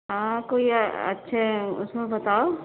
ہاں کوئی اچھے اُس میں بتاؤ